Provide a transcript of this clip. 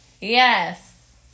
Yes